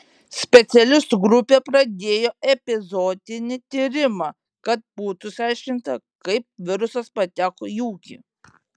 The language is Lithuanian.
specialistų grupė pradėjo epizootinį tyrimą kad būtų išsiaiškinta kaip virusas pateko į ūkį